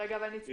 אגיד